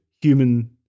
human